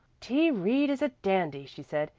t. reed is a dandy, she said.